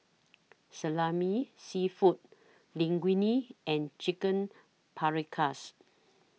Salami Seafood Linguine and Chicken Paprikas